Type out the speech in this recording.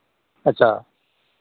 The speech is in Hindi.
अच्छा